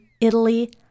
Italy